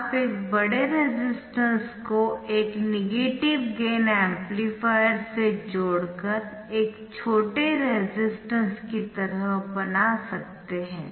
आप एक बड़े रेसिस्टेंस को एक नेगेटिव गेन एम्पलीफायर से जोड़कर एक छोटे रेसिस्टेंस की तरह बना सकते है